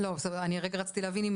אה אוקיי זהו אני לרגע רציתי להבין אם